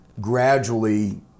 gradually